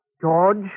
George